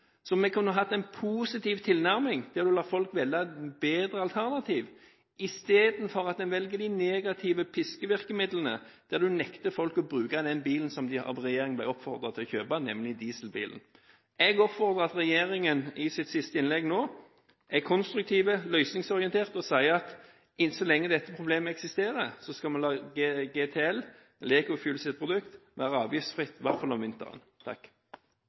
Vi kunne hatt en positiv tilnærming til å la folk velge bedre alternativer istedenfor at en velger de negative pisk-virkemidlene der en nekter folk å bruke den bilen som de av regjeringen ble oppfordret til å kjøpe – dieselbilen. Jeg oppfordrer finansministeren til å være konstruktiv og løsningsorientert i sitt siste innlegg, og si at så lenge dette problemet eksisterer, skal vi la GTL, EcoFuels produkt, være avgiftsfritt – i hvert fall om vinteren.